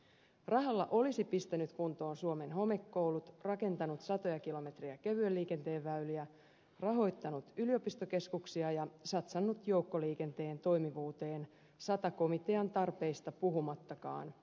rahalla olisi pistänyt kuntoon suomen homekoulut rakentanut satoja kilometrejä kevyenliikenteenväyliä rahoittanut yliopistokeskuksia ja satsannut joukkoliikenteen toimivuuteen sata komitean tarpeista puhumattakaan